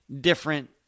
different